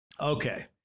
Okay